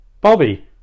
bobby